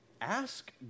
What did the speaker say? ask